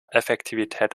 effektivität